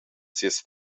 sias